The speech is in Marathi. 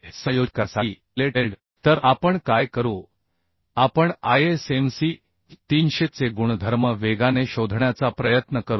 हे समायोजित करण्यासाठी फिलेट वेल्ड तर आपण काय करू आपण ISMC 300 चे गुणधर्म वेगाने शोधण्याचा प्रयत्न करू